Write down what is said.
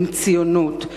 הם ציונות,